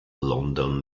london